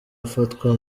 afatwa